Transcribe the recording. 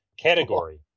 category